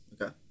Okay